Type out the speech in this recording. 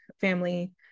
family